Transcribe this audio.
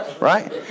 right